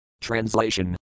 Translation